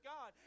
God